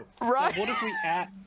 Right